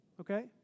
Okay